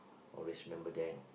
always remember that